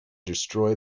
destroy